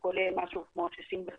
משהו כמו 65